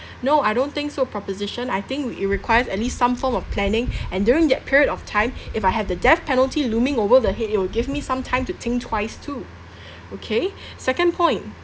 no I don't think so proposition I think it requires at least some form of planning and during that period of time if I have the death penalty looming over the head it will give me some time to think twice too okay second point